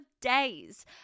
days